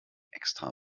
extra